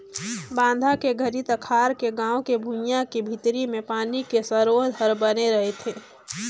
बांधा के घरी तखार के गाँव के भुइंया के भीतरी मे पानी के सरोत हर बने रहथे